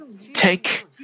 take